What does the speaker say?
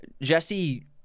Jesse –